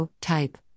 Type